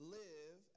live